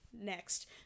next